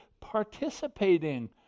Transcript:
participating